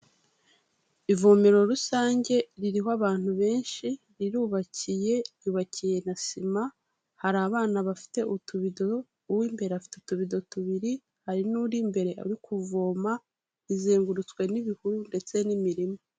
Ivomero rusange ririho abantu benshi, rirubakiye ryubakiye na sima, hari abana bafite utubido uw'imbere afite utudo tubiri, hari n'uri imbere ari kuvoma, rizengurutswe n'ibihuru ndetse n'imirima.